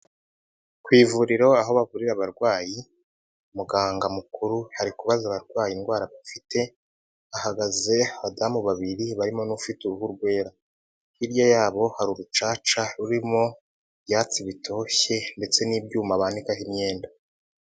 Ku ivuriro aho bavurira abarwayi, muganga mukuru hari kubaza abarwaye indwara afite, hagaze abadamu babiri barimo n'ufite uruhu rwera. Hirya yabo hari urucaca rurimo ibyatsi bitoshye, ndetse n'ibyuma bananikaho imyenda.